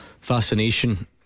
fascination